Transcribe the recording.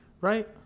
right